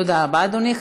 תודה רבה, אדוני.